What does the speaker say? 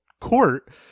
Court